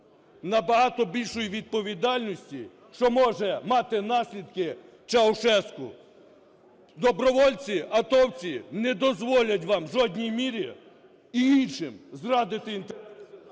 набагато більшої відповідальності, що може мати наслідки Чаушеску. Добровольці, атовці не дозволять вам у жодній мірі і іншим зрадити інтереси…